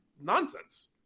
nonsense